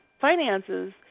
finances